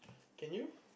can you